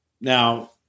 Now